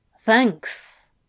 Thanks